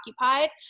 occupied